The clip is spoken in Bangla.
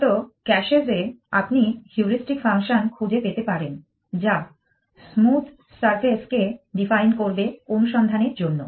মূলত ক্যাশেসে আপনি হিউড়িস্টিক ফাংশন খুঁজে পেতে পারেন যা স্মুথ সারফেস কে ডিফাইন করবে অনুসন্ধানের জন্য